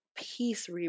peace